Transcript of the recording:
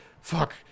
fuck